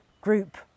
group